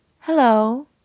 hello